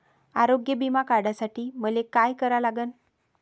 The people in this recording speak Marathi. आरोग्य बिमा काढासाठी मले काय करा लागन?